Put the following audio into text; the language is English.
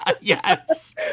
Yes